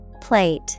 Plate